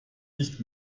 nicht